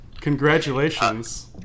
Congratulations